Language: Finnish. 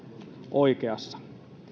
oikeassa